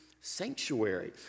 sanctuary